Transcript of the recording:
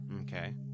okay